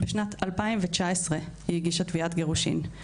בשנת 2019 היא הגישה תביעת גירושים.